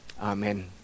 Amen